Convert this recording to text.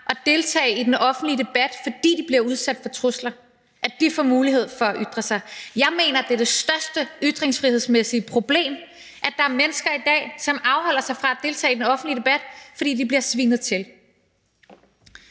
at deltage i den offentlige debat, fordi de bliver udsat for trusler – at de får mulighed for at ytre sig. Jeg mener, det er det største ytringsfrihedsmæssige problem, at der er mennesker i dag, som afholder sig fra at deltage i den offentlige debat, fordi de bliver svinet til.